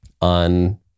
on